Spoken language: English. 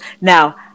Now